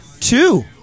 Two